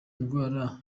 ndwara